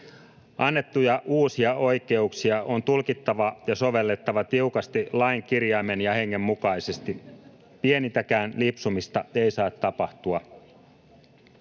Annettuja uusia oikeuksia on tulkittava ja sovellettava tiukasti lain kirjaimen ja hengen mukaisesti. Pienintäkään lipsumista ei saa tapahtua.